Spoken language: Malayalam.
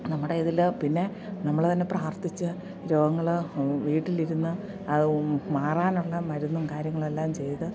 നമ്മുടെ ഇതിൽ പിന്നെ നമ്മൾ തന്നെ പ്രാർത്ഥിച്ച് രോഗങ്ങൾ വീട്ടിലിരുന്ന് അത് മാറാനുള്ള മരുന്നും കാര്യങ്ങളെല്ലാം ചെയ്ത്